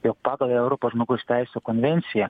jog pagal europos žmogaus teisių konvenciją